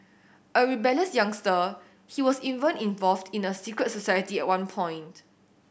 a rebellious youngster he was even involved in a secret society at one point